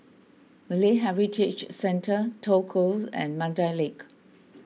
Malay Heritage Centre Toh Close and Mandai Lake